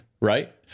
right